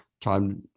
time